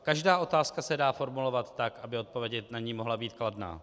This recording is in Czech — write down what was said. Každá otázka se dá formulovat tak, aby odpověď na ni mohla být kladná.